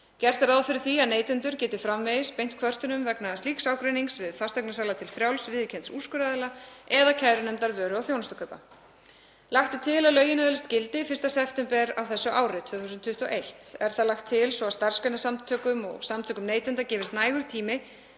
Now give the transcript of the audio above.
Gert er ráð fyrir því að neytendur geti framvegis beint kvörtunum vegna slíks ágreinings við fasteignasala til frjáls, viðurkennds úrskurðaraðila eða kærunefndar vöru- og þjónustukaupa. Lagt er til að lögin öðlist gildi 1. september á þessu ári, 2021. Er það lagt til svo að starfsgreinasamtökum og samtökum neytenda gefist nægur tími